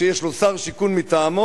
שיש לו שר שיכון מטעמו,